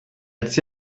jetzt